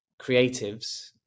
creatives